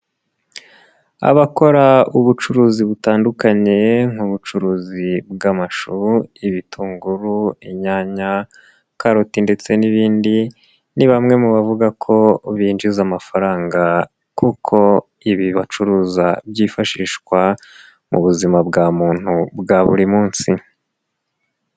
Abakora ubucuruzi butandukanye nk'ubucuruzi bw'amashu, ibitunguru, inyanya, karoti ndetse n'ibindi, ni bamwe mu bavuga ko binjiza amafaranga kuko ibi bacuruza byifashishwa mu buzima bwa muntu bwa buri munsi.